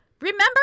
remember